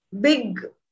big